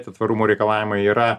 tie tvarumo reikalavimai yra